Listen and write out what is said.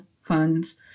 funds